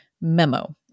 Memo